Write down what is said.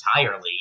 entirely